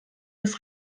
das